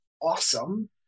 awesome